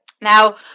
Now